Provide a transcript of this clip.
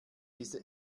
diese